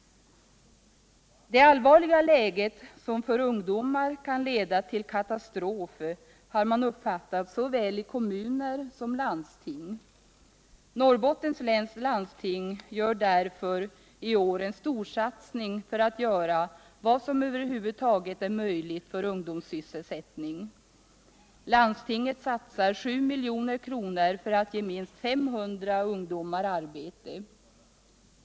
Det allvarliga. läget, som för ungdomar kan leda till katastrof, har man uppfattat i såväl kommuner som landsting. Norrbottens läns landsting gör därför i år en storsatsning för att göra vad som över huvud taget är möjligt för ungdomssysselsättningen. Landstinget satsar 7 milj.kr. för att ge minst 500 ungdomar arbete.